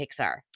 Pixar